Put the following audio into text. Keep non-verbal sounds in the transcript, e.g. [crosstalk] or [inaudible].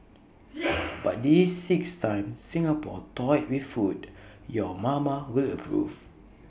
[noise] but these six times Singapore toyed with food your mama will approve